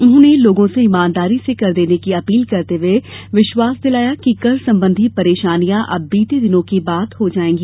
उन्होंने लोगों से ईमानदारी से कर देने की अपील करते हुए विश्वास दिलाया कि कर संबंधी परेशानियां अब बीते दिनों की बात हो जायेंगी